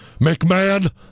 McMahon